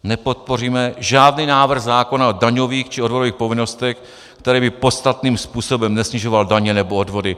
Nepodpoříme žádný návrh zákona o daňových či odvodových povinnostech, které by podstatným způsobem nesnižovaly daně nebo odvody.